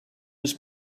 his